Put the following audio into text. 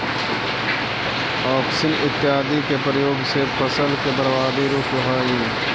auxin इत्यादि के प्रयोग से फसल के बर्बादी रुकऽ हई